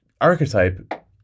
archetype